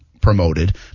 promoted